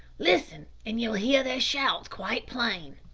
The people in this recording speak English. listen an' ye'll hear their shouts quite plain.